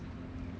pass is like